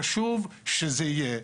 חשוב שזה יהיה בוועדה.